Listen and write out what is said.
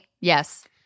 Yes